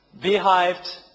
behaved